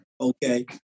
okay